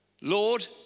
Lord